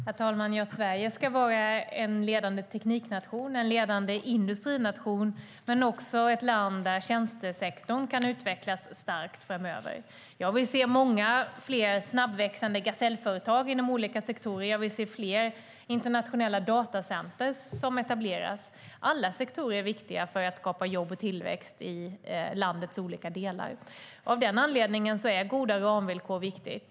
Herr talman! Sverige ska vara en ledande tekniknation och en ledande industrination, men också ett land där tjänstesektorn kan utvecklas starkt framöver. Jag vill se många fler snabbväxande gasellföretag inom olika sektorer. Jag vill se fler internationella datacenter som etableras. Alla sektorer är viktiga för att skapa jobb och tillväxt i landets olika delar. Av den anledningen är goda ramvillkor viktiga.